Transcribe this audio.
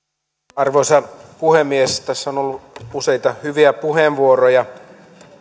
arvoisa puhemies tässä on ollut useita hyviä puheenvuoroja